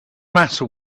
matter